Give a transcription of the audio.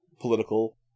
political